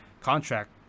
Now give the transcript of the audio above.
contract